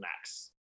max